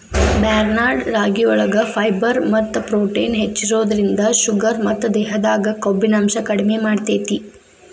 barnyard ರಾಗಿಯೊಳಗ fibre ಮತ್ತ protein ಹೆಚ್ಚಿರೋದ್ರಿಂದ ಶುಗರ್ ಮತ್ತ ದೇಹದಾಗ ಕೊಬ್ಬಿನಾಂಶ ಕಡಿಮೆ ಮಾಡ್ತೆತಿ